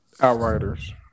Outriders